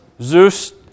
Zeus